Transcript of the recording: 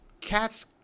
cats